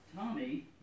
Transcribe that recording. Tommy